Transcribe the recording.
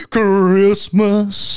Christmas